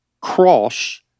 cross